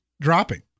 dropping